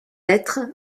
lettre